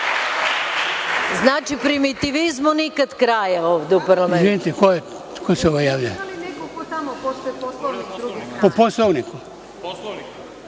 Znači, primitivizmu nikad kraja ovde u parlamentu?